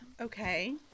Okay